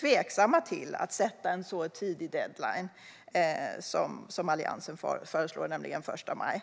tveksamma till att sätta en så tidig deadline som Alliansen föreslår, nämligen den 1 maj.